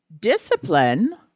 Discipline